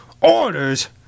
Orders